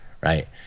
Right